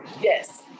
Yes